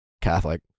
Catholic